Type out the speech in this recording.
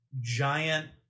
giant